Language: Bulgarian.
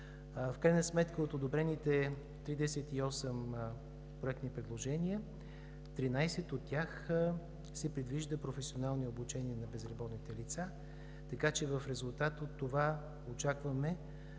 В крайна сметка от одобрените 38 проектни предложения в 13 от тях се предвиждат професионални обучения на безработните лица. Така че в резултат от това очакваме